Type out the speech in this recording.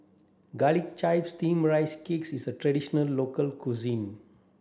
garlic chives steamed rice cake is a traditional local cuisine